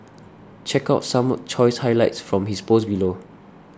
check out some choice highlights from his post below